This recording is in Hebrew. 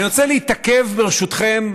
אני רוצה להתעכב מעט, ברשותכם,